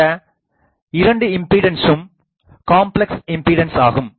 இந்த இரண்டு இம்பீடன்சும் காம்ப்ளக்ஸ் இம்பிடன்ஸ் ஆகும்